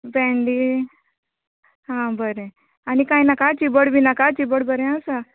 भेंडे हां बरें आनी काय नाका चिबड बी नाका चिबड बरें आसा